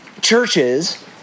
churches